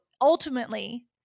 ultimately